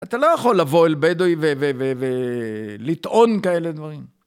אתה לא יכול לבוא אל בדואי ולטעון כאלה דברים.